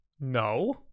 No